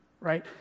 right